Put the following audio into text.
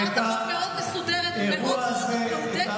הצעת החוק מאוד מסודרת ומאוד מאוד מהודקת.